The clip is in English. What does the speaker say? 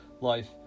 life